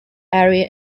area